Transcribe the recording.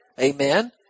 Amen